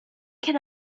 can